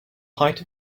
height